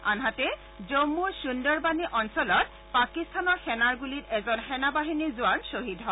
আনহাতে জম্মুৰ সুন্দৰবাণী অঞ্চলত পাকিস্তানৰ সেনাৰ গুলিত এজন সেনা বাহিনীৰ জোৱান শ্বহিদ হয়